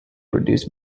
reduce